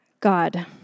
God